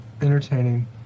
entertaining